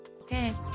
Okay